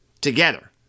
together